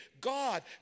God